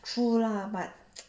true lah but